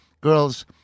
girls